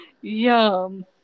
Yum